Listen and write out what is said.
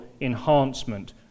enhancement